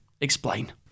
Explain